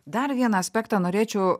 dar vieną aspektą norėčiau